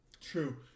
True